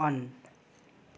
on